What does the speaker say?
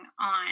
on